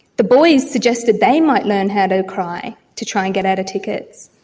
the boys suggested they might learn how to cry to try and get out of tickets.